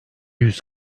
yüz